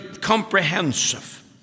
comprehensive